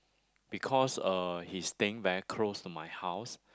because uh he's staying very close to my house